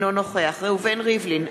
נגד ראובן ריבלין,